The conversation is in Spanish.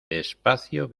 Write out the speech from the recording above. despacio